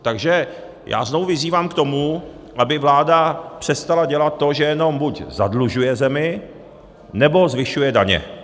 Takže já znovu vyzývám k tomu, aby vláda přestala dělat to, že jenom buď zadlužuje zemi, nebo zvyšuje daně.